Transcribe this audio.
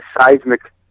seismic